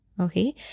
Okay